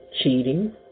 cheating